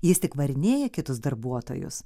jis tik varinėja kitus darbuotojus